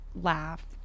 laugh